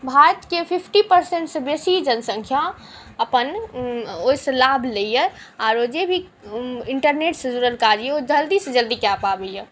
भारतके फिफ्टी परसेन्टसँ बेसी जनसँख्या अपन ओहिसँ लाभ लैए आ आरो जे भी इन्टरनेटसँ जुड़ल काज यए जल्दीसँ जल्दी कए पाबैए